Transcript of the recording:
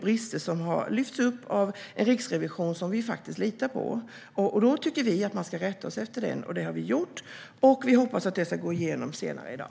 Brister har lyfts upp av Riksrevisionen, som vi faktiskt litar på. Då tycker vi att man ska rätta sig efter den. Det har vi gjort, och vi hoppas att det ska gå igenom senare i dag.